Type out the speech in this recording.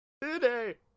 today